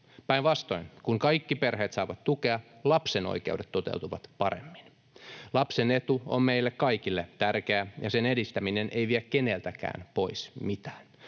Päinvastoin, kun kaikki perheet saavat tukea, lapsen oikeudet toteutuvat paremmin. Lapsen etu on meille kaikille tärkeä, ja sen edistäminen ei vie keneltäkään pois mitään.